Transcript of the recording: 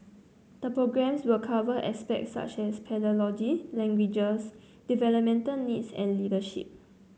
the programmes will cover aspects such as pedagogy languages developmental needs and leadership